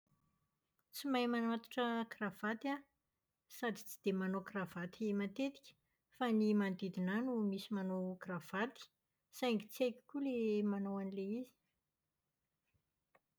Tsy mahay mamatotra kravaty aho sady tsy dia manao kravaty matetika fa ny manodidina ahy no misy manao kravaty. Saingy tsy haiko koa ilay manao an'ilay izy.